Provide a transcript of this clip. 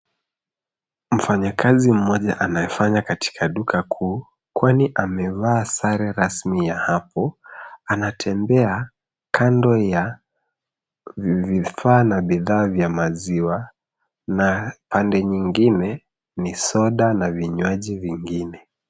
Mfanyakazi mmoja anafanya katika duka kuu, kwani amevaa sare rasmi ya hapo. Anatembea kando ya vifaa na bidhaa vya maziwa, na pande nyingine ni soda na vinywaji vingine.